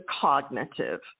cognitive